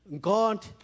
God